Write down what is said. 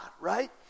right